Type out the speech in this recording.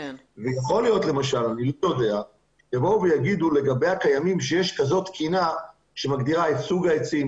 יכול להיות שיגידו לגבי הקיימים שיש כזו תקינה שמגדירה את סוג העצים,